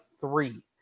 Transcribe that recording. three